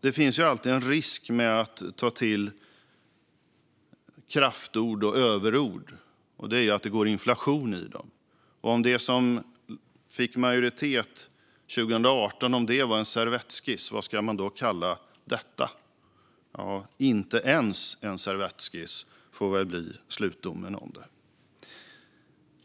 Det finns alltid en risk med att ta till kraftord och överord, för det kan gå inflation i dem. Men om det som fick majoritet 2018 var en servettskiss, vad ska man då kalla detta? Ja, inte ens en servettskiss, får väl bli slutdomen.